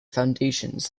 foundations